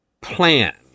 plan